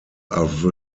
are